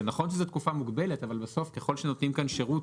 זה נכון שזאת תקופה מוגבלת אבל בסוף ככל שנותנים כאן שירות